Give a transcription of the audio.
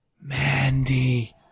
Mandy